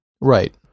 Right